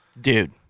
Dude